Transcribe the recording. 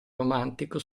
romantico